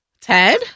ted